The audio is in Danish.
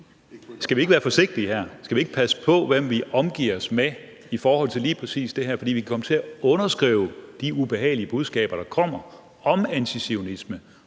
ikke være forsigtige her? Skal vi ikke passe på, hvem vi omgiver os med i forhold til lige præcis det her, fordi vi kan komme til at stå som underskrivere på de ubehagelige budskaber, der kommer, om antizionisme